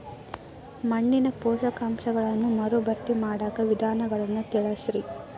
ಮಣ್ಣಿನ ಪೋಷಕಾಂಶಗಳನ್ನ ಮರುಭರ್ತಿ ಮಾಡಾಕ ವಿಧಾನಗಳನ್ನ ತಿಳಸ್ರಿ